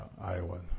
Iowa